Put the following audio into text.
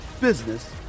business